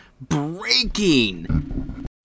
Breaking